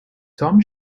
tom